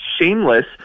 shameless